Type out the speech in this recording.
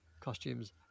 costumes